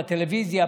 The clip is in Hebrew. בטלוויזיה,